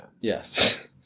Yes